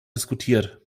diskutiert